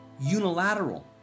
unilateral